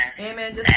Amen